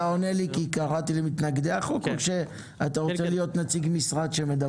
אתה ממתנגדי החוק, או שאתה רוצה לדבר כנציג משרד?